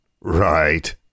Right